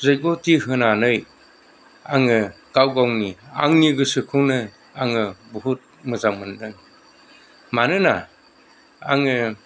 जैगथि होनानै आङो गाव गावनि आंनि गोसोखौनो आङो बहुथ मोजां मोनदों मानोना आङो